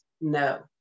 No